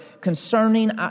concerning